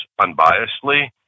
unbiasedly